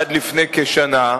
עד לפני כשנה,